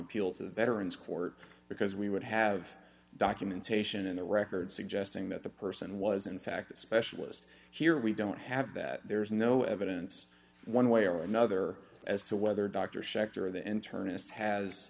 appeal to the veterans court because we would have documentation in the record suggesting that the person was in fact a specialist here we don't have that there's no evidence one way or another as to whether dr schachter the internist has